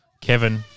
Kevin